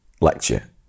lecture